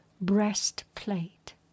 breastplate